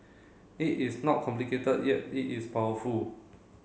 it is not complicated yet it is powerful